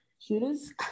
Shooters